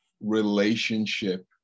relationship